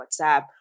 WhatsApp